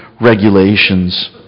regulations